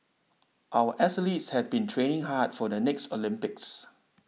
our athletes have been training hard for the next Olympics